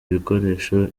ibikoresho